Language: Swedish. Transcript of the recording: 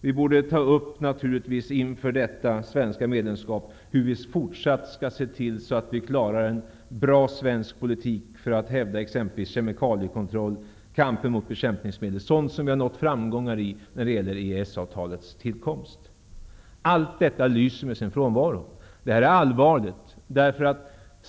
Vi borde inför detta svenska medlemskap ta upp hur vi fortsättningsvis skall se till att med bra svensk politik klara en kemikaliekontroll -- kampen mot bekämpningsmedel. Det har vi nått framgång med när det EES-avtalets tillkomst. Allt detta lyser med sin frånvaro. Det är allvarligt.